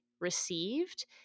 received